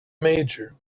major